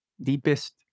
deepest